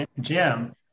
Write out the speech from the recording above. Jim